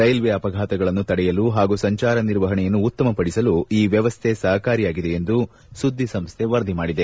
railway ಅಪಘಾತಗಳನ್ನು ತಡೆಯಲು ಮತ್ತು ಸಂಚಾರ ನಿರ್ವಹಣೆಯನ್ನು ಉತ್ತಮ ಪಡಿಸಲು ಈ ವ್ಯವಸ್ಥೆ ಸಹಾಯಕಾರಿಯಾಗಿದೆ ಎಂದು ಸುದ್ದಿ ಸಂಸ್ಥೆ ವರದಿ ಮಾಡಿದೆ